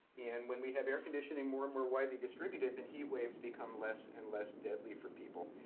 and when we have air conditioning more and more widely distributed, then heat waves become less and less deadly for people.